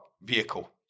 vehicle